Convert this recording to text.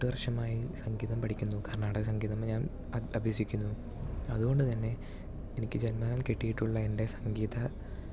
എട്ടുവർഷമായി സംഗീതം പഠിക്കുന്നു കർണാടക സംഗീതം ഞാൻ അ അഭ്യസിക്കുന്നു അതുകൊണ്ടുതന്നെ എനിക്ക് ജന്മനാൽ കിട്ടിയിട്ടുള്ള എൻ്റെ സംഗീത